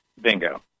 Bingo